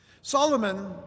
Solomon